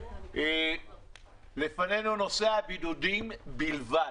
לפנינו נושא הבידודים בלבד.